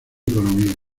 economía